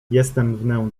jestem